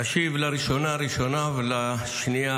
אשיב לראשונה ראשונה ולשנייה,